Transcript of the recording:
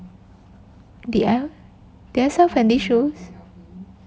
did I did I sell fendi shoes